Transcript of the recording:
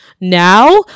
Now